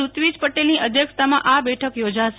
રૂત્વિજ પટેલની અધ્યક્ષતામાં આ બેઠક યોજાશે